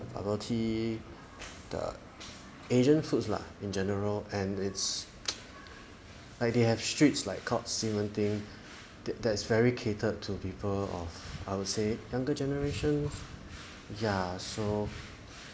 bubble tea the asian foods lah in general and it's like they have streets like called xi men ding that that's very catered to people of I would say younger generation ya so